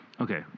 Okay